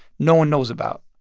no one knows about?